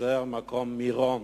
וזה מירון.